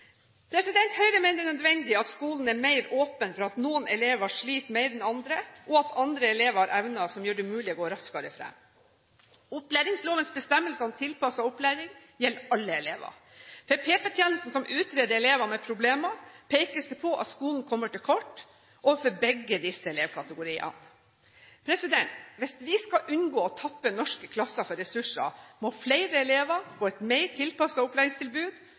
Høyre mener det er nødvendig at skolen er mer åpen for at noen elever sliter mer enn andre, og at andre elever har evner som gjør det mulig å gå raskere fram. Opplæringslovens bestemmelse om tilpasset opplæring gjelder alle elever. For PP-tjenesten, som utreder elever med problemer, pekes det på at skolen kommer til kort overfor begge disse elevkategoriene. Hvis vi skal unngå å tappe norske klasser for ressurser, må flere elever få et mer tilpasset opplæringstilbud,